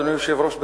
אדוני היושב-ראש,